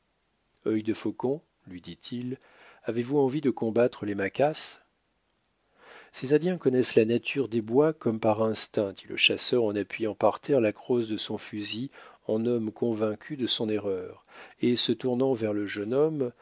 main œil de faucon lui dit-il avez-vous envie de combattre les maquas ces indiens connaissent la nature des bois comme par instinct dit le chasseur en appuyant par terre la crosse de son fusil en homme convaincu de son erreur et se tournant vers le jeune homme